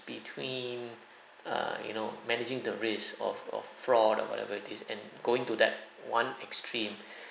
between err you know managing the risk of of fraud or whatever it is and going to that one extreme